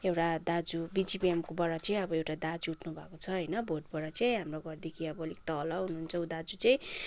एउटा दाजु बिजिपिएमकोबाट चाहिँ अब एउटा दाजु उठ्नुभएको छ होइन भोटबाट चाहिँ हाम्रो घरदेखि अब अलिक तल हुनुहुन्छ ऊ दाजु चाहिँ